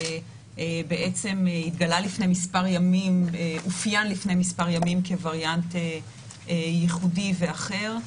שאופיין לפני כמה ימים כווריאנט ייחודי ואחר.